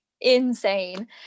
insane